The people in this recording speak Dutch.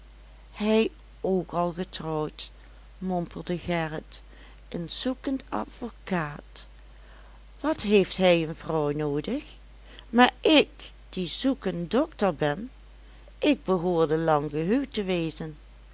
hij ook al getrouwd mompelde gerrit een zoekend advocaat wat heeft hij een vrouw noodig maar ik die zoekend dokter ben ik behoorde lang gehuwd te wezen